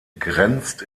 grenzt